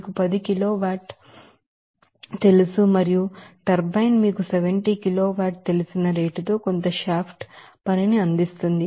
మీకు 10 kilo watt తెలుసు మరియు టర్బైన్ మీకు 70 కిలోవాట్ తెలిసిన రేటుతో కొంత షాఫ్ట్ పనిని అందిస్తుంది